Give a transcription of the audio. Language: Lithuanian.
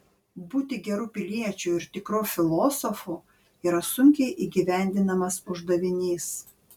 būti geru piliečiu ir tikru filosofu yra sunkiai įgyvendinamas uždavinys